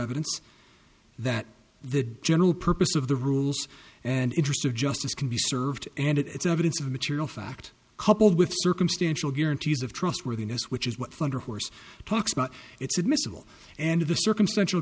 evidence that the general purpose of the rules and interest of justice can be served and it's evidence of material fact coupled with circumstantial guarantees of trustworthiness which is what thunder horse talks about it's admissible and the circumstantial